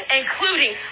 including